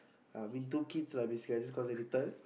I mean two kids lah I just call them little